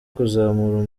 kuzamura